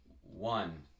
one